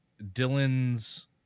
dylan's